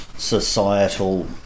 Societal